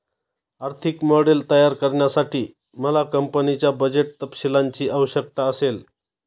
आर्थिक मॉडेल तयार करण्यासाठी मला कंपनीच्या बजेट तपशीलांची आवश्यकता असेल